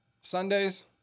Sundays